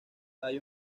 hay